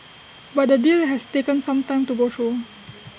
but the deal has taken some time to go through